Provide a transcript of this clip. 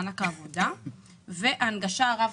מענק העבודה וההגשה הרב-שפתית.